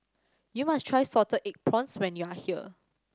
you must try salted egg prawns when you are here